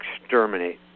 exterminate